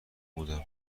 بودم